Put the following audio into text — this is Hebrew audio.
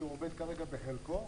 שעובד כרגע בחלקו.